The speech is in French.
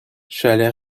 chalais